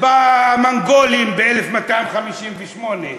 המונגולים ב-1258,